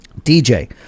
DJ